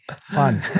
Fun